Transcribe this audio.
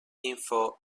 info